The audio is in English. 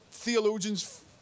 theologians